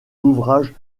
ouvrage